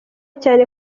cyane